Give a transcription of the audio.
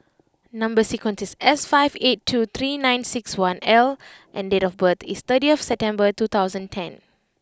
number sequence is S five eight two three nine six one L and date of birth is thirtieth September two thousand ten